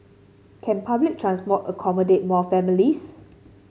can public transport accommodate more families